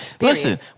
Listen